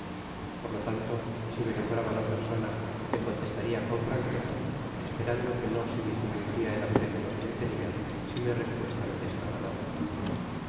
por lo tanto si me nombraba la persona le contestaria con franqueza esperando que no se disminuiria el aprecio que me tenia si mi respuesta le desagradaba